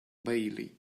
bailey